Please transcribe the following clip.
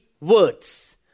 words